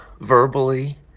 verbally